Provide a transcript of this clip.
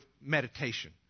meditation